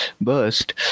burst